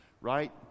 right